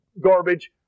garbage